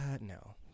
no